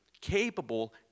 capable